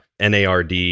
NARD